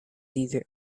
either